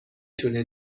تونه